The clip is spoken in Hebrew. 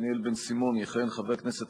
לסייע למצוא לעובדים מקום עבודה חלופי.